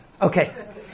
Okay